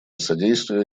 содействие